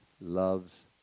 loves